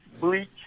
bleach